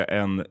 en